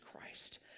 Christ